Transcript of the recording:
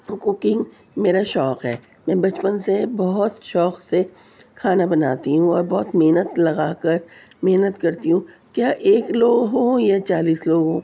cooking میرا شوق ہے میں بچپن سے بہت شوق سے کھانا بناتی ہوں اور بہت محنت لگا کر محنت کرتی ہوں کیا ایک لوگ ہوں یا چالیس لوگ